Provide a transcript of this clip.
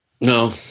No